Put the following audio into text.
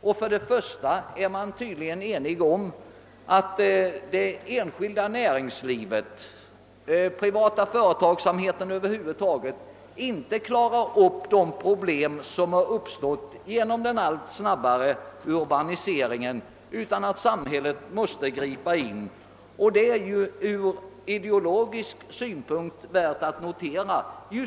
Det har också rått enighet om att det enskilda näringslivet, alltså den privata företagsamheten över huvud taget, inte klarar de problem som uppstått genom den allt snabbare urbaniseringen. Samhället måste därför ingripa. Ur ideologisk synpunkt är det värt att notera att problemen